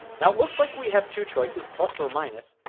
now it looks like we have two choices plus or minus.